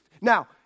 Now